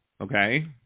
okay